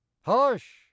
hush